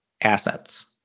assets